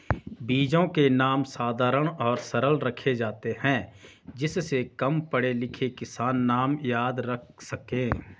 बीजों के नाम साधारण और सरल रखे जाते हैं जिससे कम पढ़े लिखे किसान नाम याद रख सके